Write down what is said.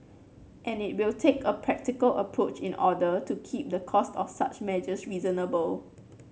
and it will take a practical approach in order to keep the cost of such measures reasonable